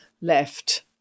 left